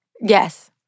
Yes